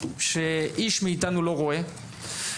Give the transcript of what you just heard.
שאיש מאיתנו לא רואה.